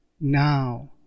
now